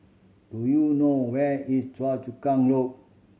do you know where is Choa Chu Kang Loop